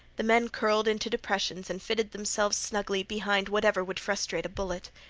the men curled into depressions and fitted themselves snugly behind whatever would frustrate a bullet.